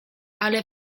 ale